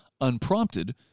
unprompted